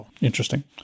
Interesting